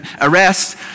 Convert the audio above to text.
arrest